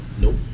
Nope